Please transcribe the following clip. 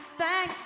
thank